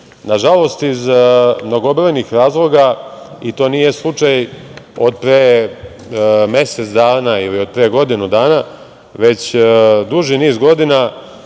sliku. Nažalost, iz mnogobrojnih razloga, i to nije slučaj od pre mesec dana ili od pre godinu dana, već duži niz godina